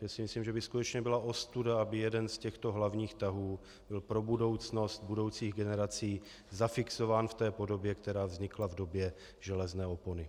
Myslím si, že by skutečně byla ostuda, aby jeden z těchto hlavních tahů pro budoucnost budoucích generací zafixován v podobě, která vznikla v době železné opony.